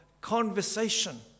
conversation